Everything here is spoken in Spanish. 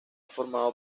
formado